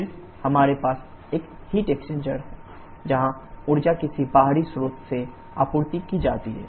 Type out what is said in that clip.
फिर हमारे पास एक हीट एक्सचेंजर है जहां ऊर्जा किसी बाहरी स्रोत से आपूर्ति की जाती है